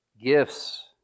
gifts